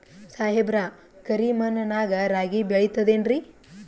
ಸಾಹೇಬ್ರ, ಕರಿ ಮಣ್ ನಾಗ ರಾಗಿ ಬೆಳಿತದೇನ್ರಿ?